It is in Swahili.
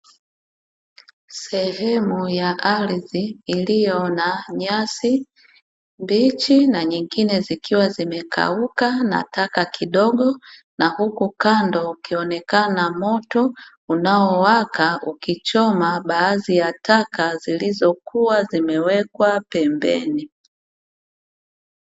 Sehemu ya ardhi iliyo na nyasi mbichi na nyingine zikiwa zimekauka na taka kidogo, na huku kando ukionekana moto unawaka ukichoma baadhi ya taka zilizokuwa zilizowekwa pembeni.